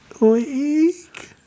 week